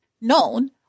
known